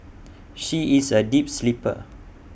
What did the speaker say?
she is A deep sleeper